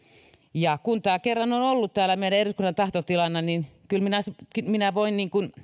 ja kun tämä kerran on on ollut täällä meidän eduskunnan tahtotilana niin kyllä minä minä voin